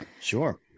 Sure